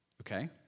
Okay